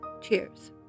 cheers